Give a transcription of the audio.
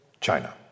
China